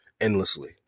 endlessly